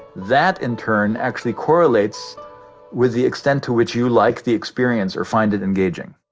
that, in turn, actually correlates with the extent to which you like the experience or find it engaging